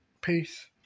Peace